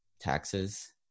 taxes